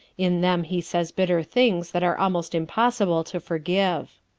in them he says bitter things that are almost impossible to forgive.